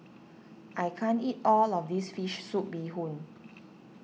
I can't eat all of this Fish Soup Bee Hoon